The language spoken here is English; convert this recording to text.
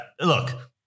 look